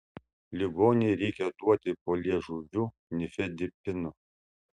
ligonei reikia duoti po liežuviu nifedipino